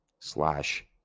slash